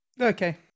Okay